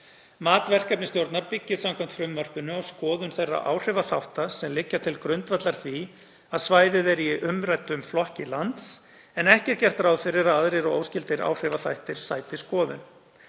Mat verkefnisstjórnar byggist samkvæmt frumvarpinu á skoðun þeirra áhrifaþátta sem liggja til grundvallar því að svæðið er í umræddum flokki lands en ekki er gert ráð fyrir að aðrir og óskyldir áhrifaþættir sæti skoðun.